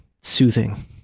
Soothing